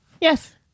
Yes